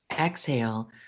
exhale